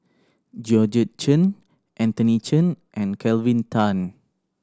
Georgette Chen Anthony Chen and Kelvin Tan